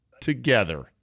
together